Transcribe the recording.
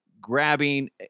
grabbing